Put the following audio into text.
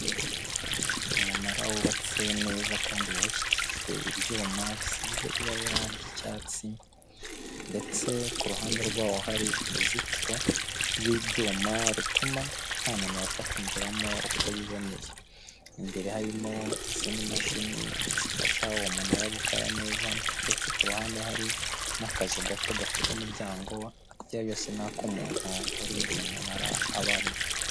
Umunara wubatse neza kandi wubakishijwe ibyuma bisize ibara ry'icyatsi ndetse ku ruhande rwawo hari uruzitiro rw'ibyuma rutuma nta muntu wapfa kwinjiramo uko yiboneye imbere harimo izindi mashini zifasha uwo munara gukora neza ndetse ku ruhande hari n'akazu gato gafite umuryango akarya yose n'ako'umuntu urindaye umunara aba arimo.